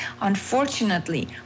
unfortunately